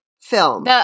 film